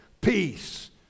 peace